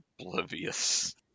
oblivious